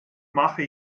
mache